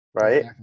right